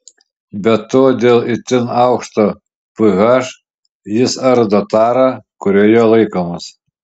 be to dėl itin aukšto ph jis ardo tarą kurioje laikomas